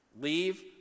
Leave